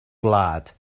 gwlad